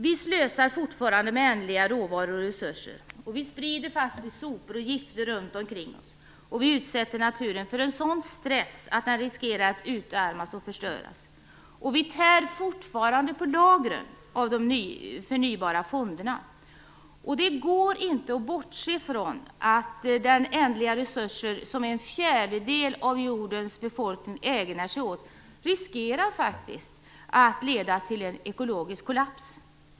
Vi slösar fortfarande med ändliga råvaror och resurser. Vi sprider sopor och gifter runt omkring oss. Vi utsätter naturen för en sådan stress att den riskerar att utarmas och förstöras. Vi tär fortfarande på lagren av de förnybara fonderna. Det går inte att bortse från att de ändliga resurserna som en fjärdedel av jordens befolkning ägnar sig åt riskerar att leda till en ekologisk kollaps.